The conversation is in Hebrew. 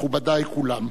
מכובדי כולם.